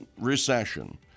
recession